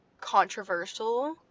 controversial